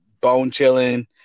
bone-chilling